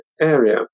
area